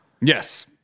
yes